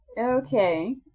Okay